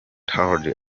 tardy